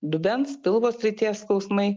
dubens pilvo srities skausmai